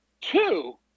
Two